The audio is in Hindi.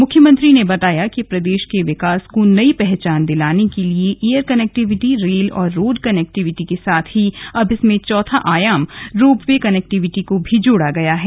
मुख्यमंत्री ने बताया कि प्रदेश के विकास को नयी पहचान दिलाने के लिए एयर कनेक्टीविटी रेल और रोड कनेक्टीविटी के साथ ही अब इसमें चौथा आयाम रोपवे कनेक्टीविटी को भी जोड़ा गया है